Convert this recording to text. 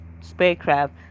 spacecraft